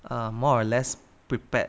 err more or less prepared